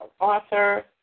author